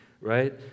right